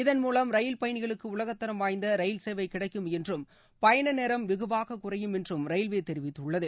இதன்மூலம் ரயில் பயணிகளுக்கு உலகத்தரம் வாய்ந்த ரயில் சேவை கிடைக்கும் என்றும் பயண நேரம் வெகுவாக குறையும் என்றும் ரயில்வே தெரிவித்துள்ளது